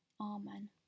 Amen